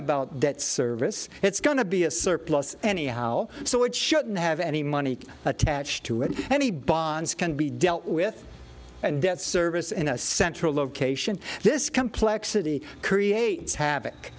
about debt service it's going to be a surplus anyhow so it shouldn't have any money attached to it any bonds can be dealt with and debt service in a central location this complexity creates havoc